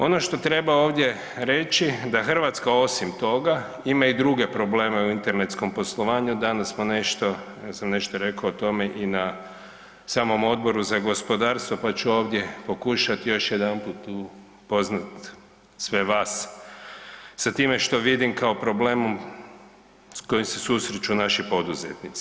Ono što treba ovdje reći, da Hrvatska osim toga ima i druge probleme u internetskom poslovanju, danas smo nešto, ne znam, ja sam nešto rekao o tome i na samom Odboru za gospodarstvo pa ću ovdje pokušati još jedanput upoznat sve vas sa time što vidim kao problemom s kojim se susreću napi poduzetnici.